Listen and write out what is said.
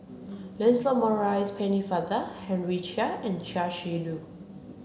Lancelot Maurice Pennefather Henry Chia and Chia Shi Lu